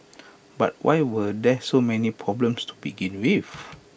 but why were there so many problems to begin with